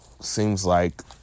seems-like